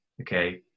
okay